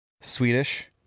Swedish